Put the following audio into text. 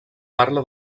parla